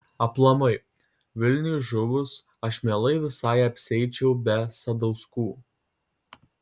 aplamai vilniui žuvus aš mielai visai apsieičiau be sadauskų